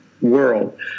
world